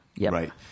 right